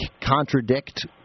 contradict